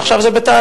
ועכשיו זה בתהליך.